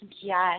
Yes